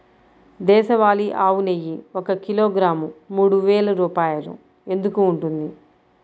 దేశవాళీ ఆవు నెయ్యి ఒక కిలోగ్రాము మూడు వేలు రూపాయలు ఎందుకు ఉంటుంది?